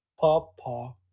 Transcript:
Papa